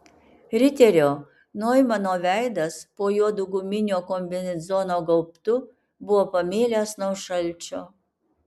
riterio noimano veidas po juodu guminio kombinezono gaubtu buvo pamėlęs nuo šalčio